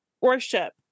worship